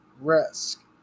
risk